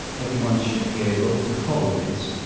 everyone should be able to follow this.